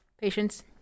Patience